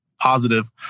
positive